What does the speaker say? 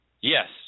Yes